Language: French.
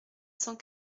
cent